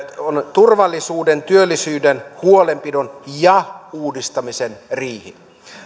turvallisuuden työllisyyden huolenpidon ja uudistamisen riihi